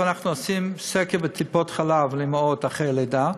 אנחנו עושים סקר בטיפות-חלב לאימהות אחרי לידה,